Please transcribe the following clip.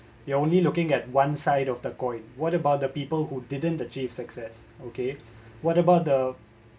you're only looking at one side of the coin what about the people who didn't achieve success okay what about the